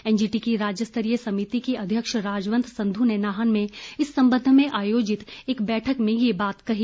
NGT की राज्य स्तरीय समिति की अध्यक्ष राजवंत संधू ने नाहन में इस संबंध में आयोजित एक बैठक में ये बात कही